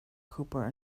cooper